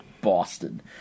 Boston